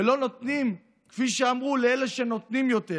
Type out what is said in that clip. ולא נותנים, כפי שאמרו, לאלה שנותנים יותר,